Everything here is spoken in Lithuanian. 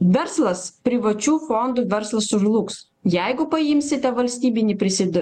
verslas privačių fondų verslas sužlugs jeigu paimsite valstybinį prisid